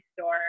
store